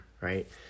right